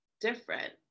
different